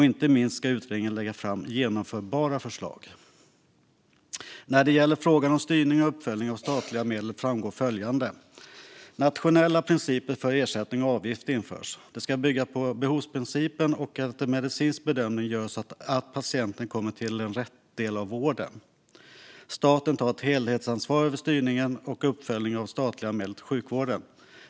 Inte minst ska utredningen lägga fram genomförbara förslag. När det gäller frågan om styrning och uppföljning av statliga medel framgår följande: "Nationella principer för ersättning och avgifter införs. Dessa ska bygga på behovsprincipen och att en medicinsk bedömning görs så att patienten kommer till rätt del av vården. Staten tar ett helhetsansvar över styrning och uppföljning av statliga medel till sjukvården."